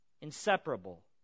Inseparable